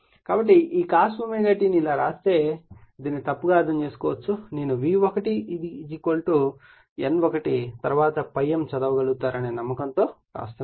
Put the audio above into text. కాబట్టి ఈ cos ωt ను ఇలా రాస్తే దీనిని తప్పుగా అర్ధం చేసుకోవద్దు నేను V1 N1 తరువాత ∅m చదవగలుగుతారు అనే నమ్మకం తో వ్రాస్తున్నాను